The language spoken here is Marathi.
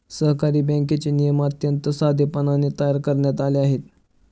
सहकारी बँकेचे नियम अत्यंत साधेपणाने तयार करण्यात आले आहेत